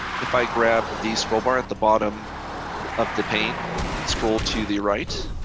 if i grab the scroll bar at the bottom of the page and scroll to the right,